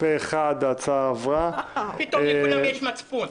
הרוב נגד, אין נמנעים, אין הבקשה